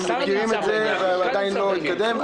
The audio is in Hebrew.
הם מכירים את זה אך זה עדיין לא התקדם.